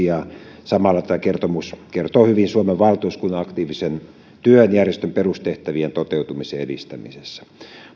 ja samalla tämä kertomus kertoo hyvin suomen valtuuskunnan aktiivisesta työstä järjestön perustehtävien toteutumisen edistämisessä